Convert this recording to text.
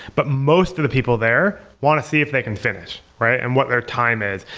but most of the people there want to see if they can finish, right? and what their time is.